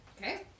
Okay